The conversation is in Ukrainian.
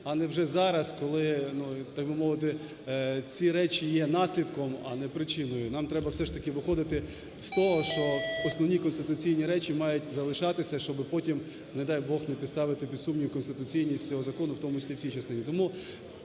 ну, так би мовити, ці речі є наслідком, а не причиною. Нам треба все ж таки виходити з того, що основні конституційні речі мають залишатися, щоби потім, не дай Бог, не підставити під сумнів конституційність цього закону, в тому числі, в цій частині.